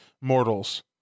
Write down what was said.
mortals